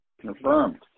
Confirmed